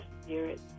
spirit